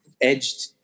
edged